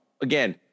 again